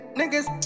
niggas